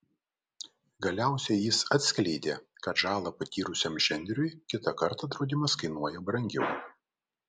galiausiai jis atskleidė kad žalą patyrusiam žemdirbiui kitą kartą draudimas kainuoja brangiau